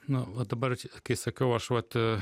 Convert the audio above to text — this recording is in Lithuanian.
na va dabar čia kai sakau aš vat